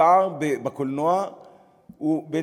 הפער בקולנוע בין